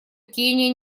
кения